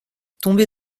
tombé